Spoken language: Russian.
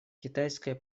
китайское